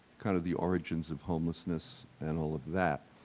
kind of the origins of homelessness and all of that.